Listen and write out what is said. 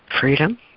freedom